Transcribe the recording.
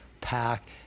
pack